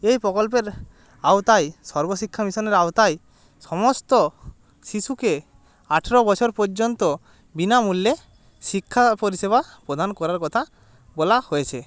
এই প্রকল্পের আওতায় সর্বশিক্ষা মিশানের আওতায় সমস্ত শিশুকে আঠেরো বছর পর্যন্ত বিনামূল্যে শিক্ষা পরিষেবা প্রদান করার কথা বলা হয়েছে